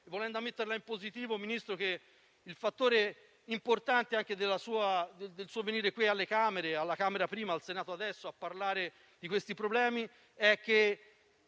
Volendo metterla in positivo, Ministro, il fattore importante anche del suo presentarsi qui, alla Camera prima e al Senato adesso, a parlare di questi problemi è che